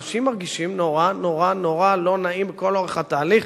אנשים מרגישים נורא נורא נורא לא נעים לכל אורך התהליך,